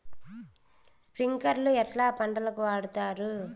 స్ప్రింక్లర్లు ఎట్లా పంటలకు వాడుతారు?